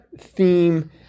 theme